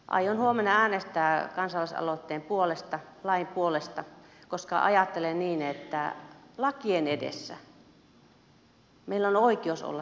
aion huomenna äänestää kansalaisaloitteen puolesta lain puolesta koska ajattelen niin että lakien edessä meillä on oikeus olla samanveroisia ihan jokaisen